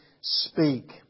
speak